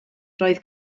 roedd